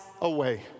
away